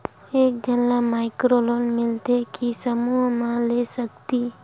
एक झन ला माइक्रो लोन मिलथे कि समूह मा ले सकती?